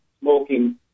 smoking